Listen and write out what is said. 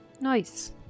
Nice